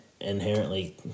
inherently